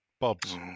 Bob's